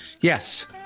Yes